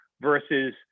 versus